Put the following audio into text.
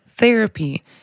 Therapy